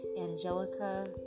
Angelica